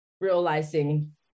realizing